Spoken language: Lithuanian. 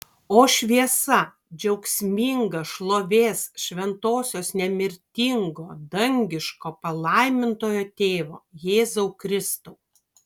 o šviesa džiaugsminga šlovės šventosios nemirtingo dangiško palaimintojo tėvo jėzau kristau